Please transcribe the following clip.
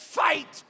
fight